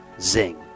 Zing